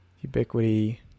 Ubiquity